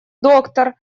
доктор